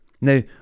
Now